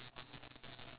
yes